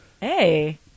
Hey